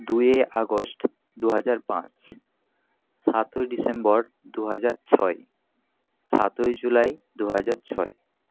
দুইয়ে আগস্ট দু হাজার পাঁচ সাতই ডিসেম্বর দু হাজার ছয় সাতই জুলাই দু হাজার ছয়